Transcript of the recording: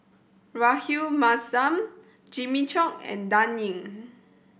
Rahayu Mahzam Jimmy Chok and Dan Ying